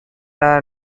are